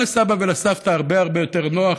גם לסבא ולסבתא הרבה הרבה יותר נוח